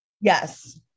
Yes